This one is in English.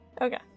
Okay